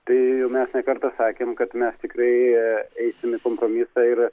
tai jau mes ne kartą sakėm kad mes tikrai eisime į kompromisą ir